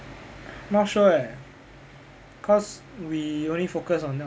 not sure leh cause we only focus on